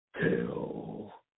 tell